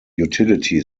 utility